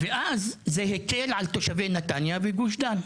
ואז זה הקל על תושבי נתניה וגוש דן.